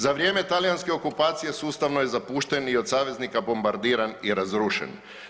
Za vrijeme talijanske okupacije sustavno je zapušten i od saveznika bombardiran i razrušen.